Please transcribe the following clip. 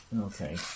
okay